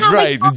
right